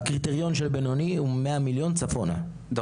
הקריטריון של בינוני הוא 100 מיליון ₪ דרומה.